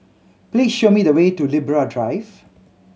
please show me the way to Libra Drive